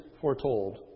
foretold